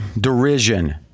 derision